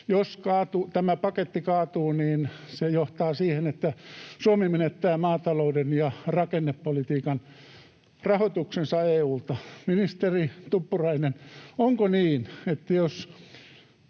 jos tämä paketti kaatuu, niin se johtaa siihen, että Suomi menettää maatalouden ja rakennepolitiikan rahoituksensa EU:lta. Ministeri Tuppurainen, onko niin, että jos